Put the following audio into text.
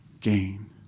gain